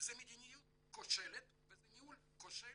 זה מדיניות כושלת וזה ניהול כושל